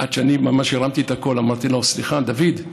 עד שאני ממש הרמתי את הקול ואמרתי לו: סליחה, דוד,